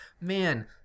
Man